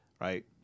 right